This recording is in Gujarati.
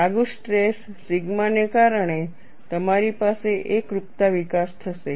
લાગુ સ્ટ્રેસ સિગ્મા ને કારણે તમારી પાસે એકરૂપતા વિકાસ થશે